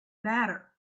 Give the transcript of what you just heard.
matter